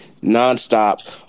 nonstop